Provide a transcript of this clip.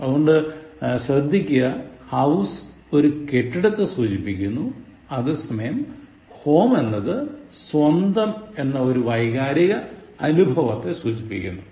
അതുകൊണ്ട് ശ്രദ്ധിക്കുക house ഒരു കെട്ടിടത്തെ സൂചിപ്പിക്കുന്നു അതേസമയം home എന്നത് സ്വന്തം എന്ന ഒരു വൈകാരിക അനുഭവത്തെ സൂചിപ്പിക്കുന്നു